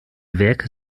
werke